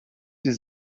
sie